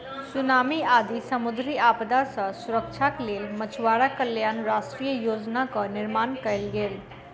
tsunami आदि समुद्री आपदा सॅ सुरक्षाक लेल मछुआरा कल्याण राष्ट्रीय योजनाक निर्माण कयल गेल